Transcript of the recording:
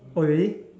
oh really